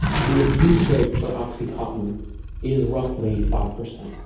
the abuse rate for oxycontin is roughly five percent.